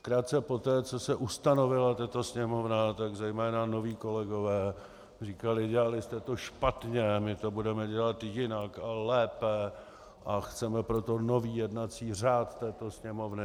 Krátce poté, co se ustanovila tato Sněmovna, tak zejména noví kolegové říkali: dělali jste to špatně, my to budeme dělat jinak a lépe, a chceme proto nový jednací řád této Sněmovny.